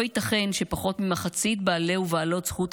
לא ייתכן שפחות ממחצית בעלי ובעלות זכות